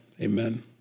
Amen